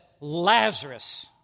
Lazarus